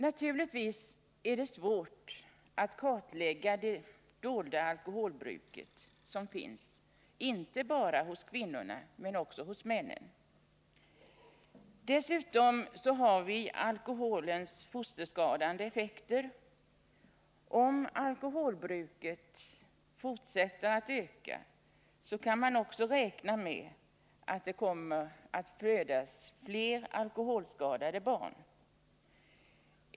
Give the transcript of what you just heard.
Naturligtvis är det svårt att kartlägga det ”dolda alkoholbruket” som finns inte bara hos kvinnorna utan också hos männen. Dessutom har vi alkoholens fosterskadande effekter. Om alkoholbruket fortsätter att öka, kan man också räkna med att det kommer att födas fler alkoholskadade barn.